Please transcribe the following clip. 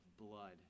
blood